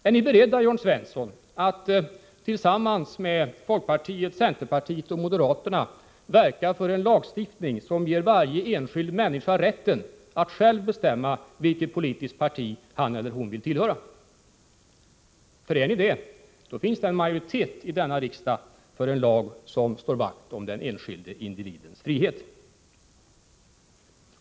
Är ni beredda, Jörn Svensson, att tillsammans med folkpartiet, centerpartiet och moderaterna verka för en lagstiftning som ger varje enskild människa rätt att själv bestämma vilket politiskt parti han eller hon vill tillhöra? Om ni är beredda att göra det, finns det nämligen en majoritet här i riksdagen för en lag som slår vakt om den enskilde individens frihet.